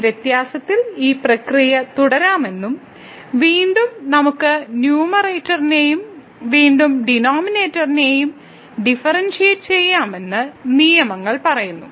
ഈ വ്യത്യാസത്തിൽ ഈ പ്രക്രിയ തുടരാമെന്നും വീണ്ടും നമുക്ക് ന്യൂമറേറ്ററിനെയും വീണ്ടും ഡിനോമിനേറ്ററിനെയും ഡിഫറെന്ഷിയേറ്റ് ചെയ്യാമെന്ന് നിയമങ്ങൾ പറയുന്നു